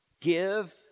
Give